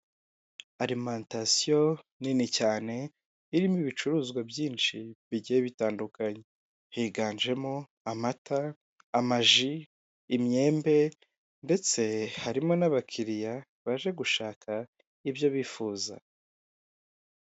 Arimantasiyo nini cyane irimo ibicuruzwa byinshi bigiye bitandukanye, higanjemo amata, amaji, imyembe ndetse harimo n'abakiriya baje gushaka ibyo bifuza.